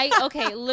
Okay